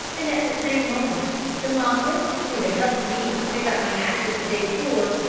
and at the same moment the mongrel, who had helped me to pick up my matches the day before,